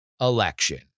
election